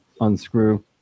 unscrew